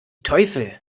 teufel